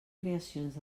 creacions